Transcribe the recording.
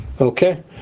Okay